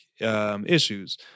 issues